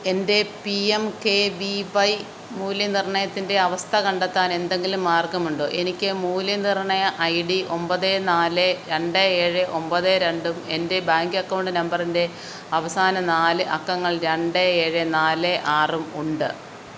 എൻ്റെ P M K V Y മൂല്യനിർണ്ണയത്തിൻ്റെ അവസ്ഥ കണ്ടെത്താൻ എന്തെങ്കിലും മാർഗമുണ്ടോ എനിക്ക് മൂല്യനിർണ്ണയ ഐ ഡി ഒമ്പത് നാല് രണ്ട് ഏഴ് ഒമ്പത് രണ്ടും എൻ്റെ ബാങ്ക് അക്കൌണ്ട് നമ്പറിൻ്റെ അവസാന നാല് അക്കങ്ങൾ രണ്ട് ഏഴ് നാല് ആറും ഉണ്ട്